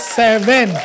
seven